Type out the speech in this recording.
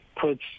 puts